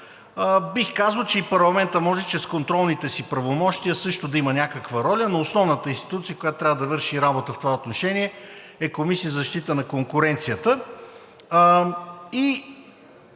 Бих казал, че и парламентът може чрез контролните си правомощия също да има някаква роля, но основната институция, която трябва да върши работа в това отношение е Комисия за защита на конкуренцията. И